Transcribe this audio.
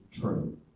true